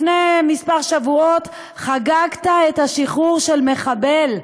לפני כמה שבועות חגגת את השחרור של מחבל.